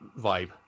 vibe